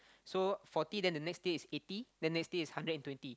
so forty then the next tier is eighty then next tier is hundred and twenty